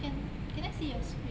can can I see your screen